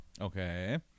Okay